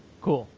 cool.